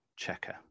checker